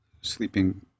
sleeping